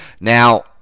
Now